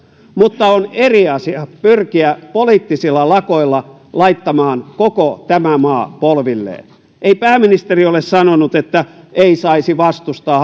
mutta on eri asia pyrkiä poliittisilla lakoilla laittamaan koko tämä maa polvilleen ei pääministeri ole sanonut että ei saisi vastustaa